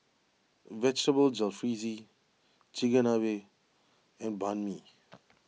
Vegetable Jalfrezi Chigenabe and Banh Mi